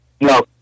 No